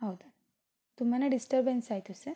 ಹೌದು ತುಂಬ ಡಿಸ್ಟರ್ಬೆನ್ಸ್ ಆಯಿತು ಸರ್